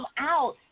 out